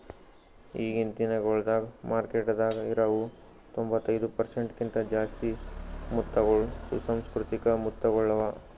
ಈಗಿನ್ ದಿನಗೊಳ್ದಾಗ್ ಮಾರ್ಕೆಟದಾಗ್ ಇರವು ತೊಂಬತ್ತೈದು ಪರ್ಸೆಂಟ್ ಕಿಂತ ಜಾಸ್ತಿ ಮುತ್ತಗೊಳ್ ಸುಸಂಸ್ಕೃತಿಕ ಮುತ್ತಗೊಳ್ ಅವಾ